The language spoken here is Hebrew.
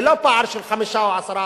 זה לא פער של 5% או 10%,